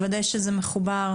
אולי נשמע את סמיר בינתיים?